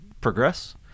progress